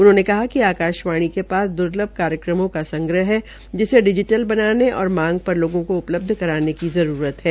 उन्होंने कहा कि आकाशवाणी के पास द्र्लभ कार्यक्रम का संग्रह है जिसे डिजीटल बनाने और मांग पर लोगों को उपल्ब्ध कराने की आवश्यक्ता है